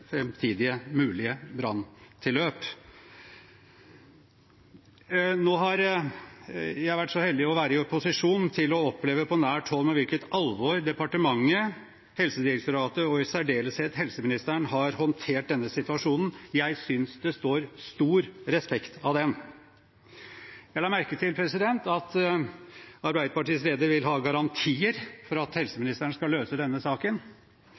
senere, mulige framtidige branntilløp. Nå har jeg vært så heldig å være i posisjon til å oppleve på nært hold med hvilket alvor departementet, Helsedirektoratet og i særdeleshet helseministeren har håndtert denne situasjonen. Jeg synes det står stor respekt av det. Jeg la merke til at Arbeiderpartiets leder vil ha garantier for at helseministeren skal løse denne